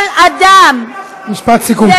וכל אדם, משפט סיכום.